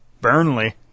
Burnley